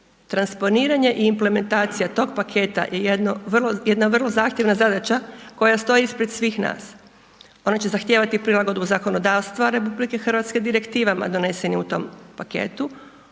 Transponiranje i implementacija tog paketa je jedna vrlo zahtjevna zadaća koja stoji ispred svih nas, ona će zahtijevati prilagodbu zakonodavstva RH Direktivama donesenim u tom paketu